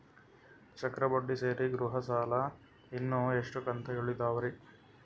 ಚಕ್ರ ಬಡ್ಡಿ ಸೇರಿ ಗೃಹ ಸಾಲ ಇನ್ನು ಎಷ್ಟ ಕಂತ ಉಳಿದಾವರಿ?